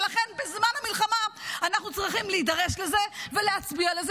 ולכן בזמן המלחמה אנחנו צריכים להידרש לזה ולהצביע לזה,